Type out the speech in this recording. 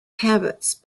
habits